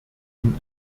ihn